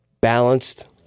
Balanced